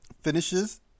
finishes